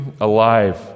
alive